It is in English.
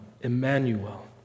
Emmanuel